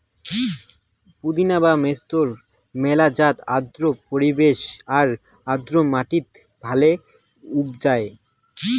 পুদিনা বা মেন্থার মেলা জাত আর্দ্র পরিবেশ আর আর্দ্র মাটিত ভালে উবজায়